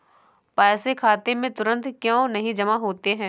पैसे खाते में तुरंत क्यो नहीं जमा होते हैं?